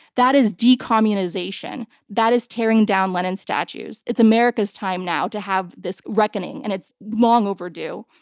that is decommunization, that is tearing down lenin statues. it's america's time now to have this reckoning and it's long overdue.